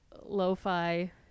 lo-fi